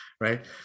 Right